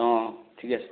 অঁ ঠিকে আছে